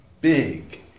big